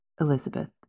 Elizabeth